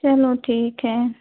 चलो ठीक है